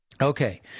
Okay